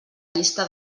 llista